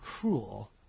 cruel